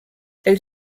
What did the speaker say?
elle